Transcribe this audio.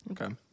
okay